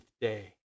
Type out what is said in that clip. day